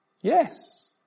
Yes